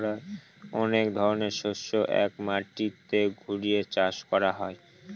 অনেক ধরনের শস্য এক মাটিতে ঘুরিয়ে চাষ করা হয়